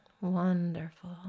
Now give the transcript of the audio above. Wonderful